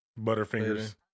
Butterfingers